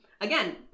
Again